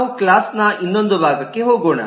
ನಾವು ಕ್ಲಾಸ್ನ ಇನ್ನೊಂದು ಭಾಗಕ್ಕೆ ಹೋಗೋಣ